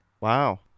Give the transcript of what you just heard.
Wow